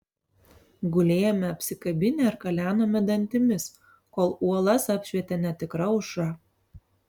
gulėjome apsikabinę ir kalenome dantimis kol uolas apšvietė netikra aušra